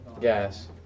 Gas